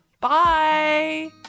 Bye